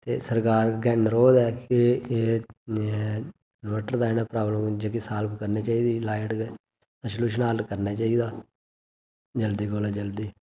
ते सरकार अग्गै अनुरोध ऐ के इन्वर्टर दा जेह्ड़ा प्राब्लम गी साल्ब करनी चाहिदी लाइट ते सल्यूशन हल करना चाही दा जल्दी कोला जल्दी